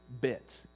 bit